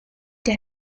der